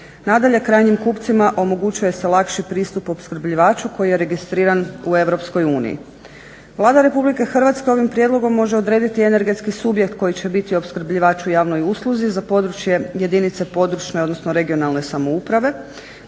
Nadalje krajnjim kupcima omogućuje se lakši pristup opskrbljivaču koji je registriran u EU. Vlada RH ovim prijedlogom može odrediti energetski subjekt koji će biti opskrbljivač u javnoj usluzi za područje jedinice područne odnosno regionalne samouprave